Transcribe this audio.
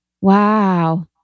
Wow